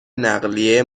نقلیه